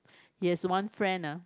he has one friend ah